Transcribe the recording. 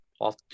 off